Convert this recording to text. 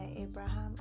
abraham